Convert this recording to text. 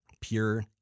Pure